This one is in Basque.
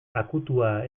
akutua